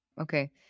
Okay